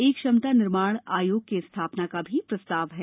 एक क्षमता निर्माण आयोग की स्थापना का भी प्रस्ताव है